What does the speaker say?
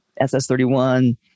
SS31